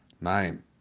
nine